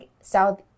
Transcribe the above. South